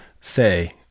say